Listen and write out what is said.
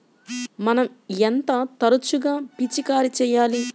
మనం ఎంత తరచుగా పిచికారీ చేయాలి?